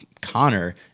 Connor